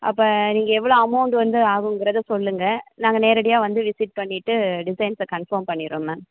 அப்போ நீங்கள் எவ்வளோ அமௌண்டு வந்து ஆகுங்கிறதை சொல்லுங்கள் நாங்கள் நேரடியாக வந்து விசிட் பண்ணிவிட்டு டிசைன்ஸை கன்ஃபார்ம் பண்ணிர்றோம் மேம்